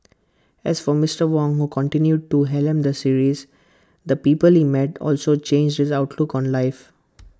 as for Mister Wong who continues to helm the series the people he met also changed his outlook on life